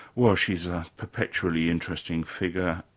well she's a perpetually interesting figure.